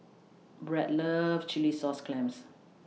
Brad loves Chilli Sauce Clams